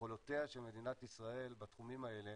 יכולותיה של מדינת ישראל בתחומים האלה